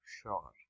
sure